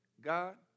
God